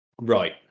right